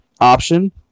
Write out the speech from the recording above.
option